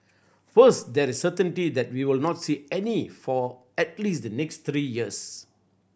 first there is certainty that we will not see any for at least the next three years